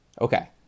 Okay